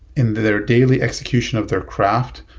in their daily execution of their aircraft?